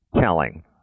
telling